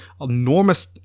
enormous